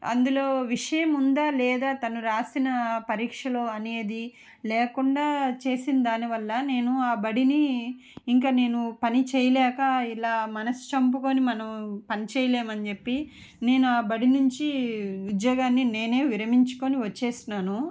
అందులో విషయం ఉందా లేదా తను రాసిన పరీక్షలో అనేది లేకుండా చేసినదాని వల్ల నేను ఆ బడిని ఇంక నేను పని చేయలేక ఇలా మనసు చంపుకోని మనం పని చేయలేమని చెప్పి నేను బడి నుంచి ఉద్యోగాన్ని నేనే విరమించుకొని వచ్చేసాను